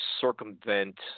circumvent